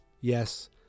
Yes